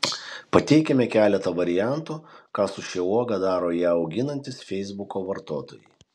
pateikiame keletą variantų ką su šia uoga daro ją auginantys feisbuko vartotojai